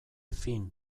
fin